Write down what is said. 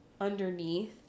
underneath